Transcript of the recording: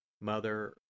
Mother